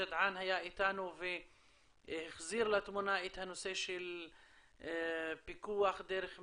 גדעאן היה איתנו והחזיר לתמונה את הנושא של פיקוח דרך מצלמות,